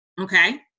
okay